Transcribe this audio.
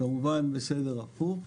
כמובן בסדר הפוך.